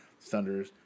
Thunders